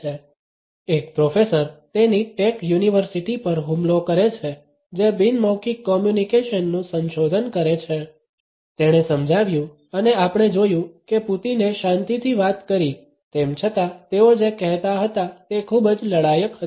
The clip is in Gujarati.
2952 એક પ્રોફેસર તેની ટેક યુનિવર્સિટી પર હુમલો કરે છે જે બિન મૌખિક કોમ્યુનિકેશનનું સંશોધન કરે છે તેણે સમજાવ્યું અને આપણે જોયું કે પુતિને શાંતિથી વાત કરી તેમ છતાં તેઓ જે કહેતા હતા તે ખૂબ જ લડાયક હતુ